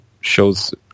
shows